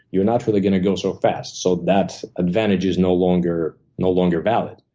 you're not really gonna go so fast. so that advantage is no longer no longer valid.